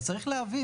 אז צריך להבין,